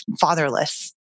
fatherless